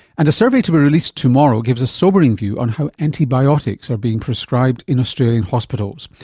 and a survey to be released tomorrow gives a sobering view on how antibiotics are being prescribed in australian hospitals.